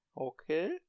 Okay